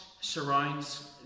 surrounds